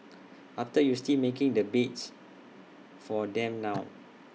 after you still making the beds for them now